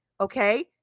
Okay